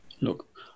Look